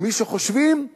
ומי שחושבים שנראה,